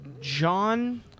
John